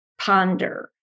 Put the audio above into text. ponder